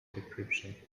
decryption